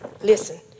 listen